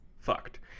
Fucked